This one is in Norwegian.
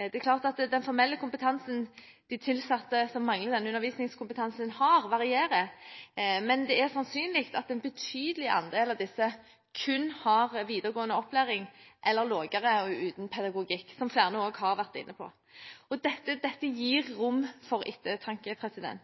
Det er klart at den formelle kompetansen de tilsatte som mangler undervisningskompetanse, har, varierer, men det er sannsynlig at en betydelig andel av disse kun har videregående opplæring eller lavere og uten pedagogikk, som flere har vært inne på. Dette gir rom for ettertanke.